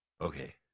Okay